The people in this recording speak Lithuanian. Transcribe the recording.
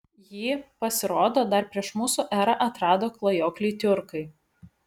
jį pasirodo dar prieš mūsų erą atrado klajokliai tiurkai